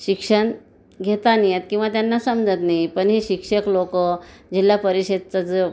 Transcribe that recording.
शिक्षण घेता नाही येत किंवा त्यांना समजत नाही पण हे शिक्षक लोकं जिल्हा परिषदचं ज